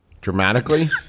Dramatically